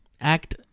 act